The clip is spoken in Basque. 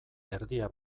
erdia